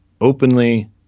openly